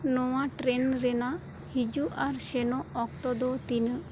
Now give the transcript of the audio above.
ᱱᱚᱶᱟ ᱴᱨᱮᱱ ᱨᱮᱱᱟᱜ ᱦᱤᱡᱩᱜ ᱟᱨ ᱥᱮᱱᱚᱜ ᱚᱠᱛᱚ ᱫᱚ ᱛᱤᱱᱟᱹᱜ